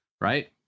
right